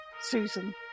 Susan